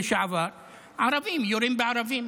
ערבים יורים בערבים.